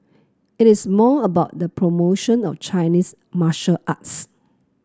it is more about the promotion of Chinese martial arts